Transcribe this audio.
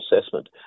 assessment